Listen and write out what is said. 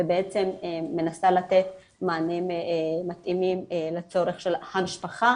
ובעצם מנסה לתת מענים מתאימים לצורך של המשפחה